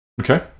okay